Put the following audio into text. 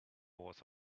was